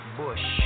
bush